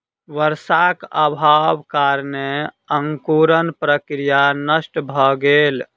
वर्षाक अभावक कारणेँ अंकुरण प्रक्रिया नष्ट भ गेल